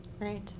right